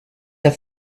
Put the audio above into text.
have